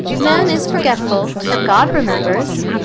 man is forgetful, but god remembers.